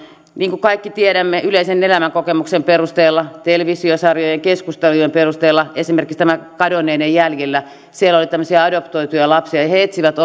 niin kuin kaikki tiedämme yleisen elämänkokemuksen perusteella televisiosarjojen keskustelujen perusteella esimerkiksi tämä kadonneen jäljillä siellä oli tämmöisiä adoptoituja lapsia ja he etsivät